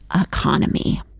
economy